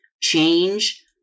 change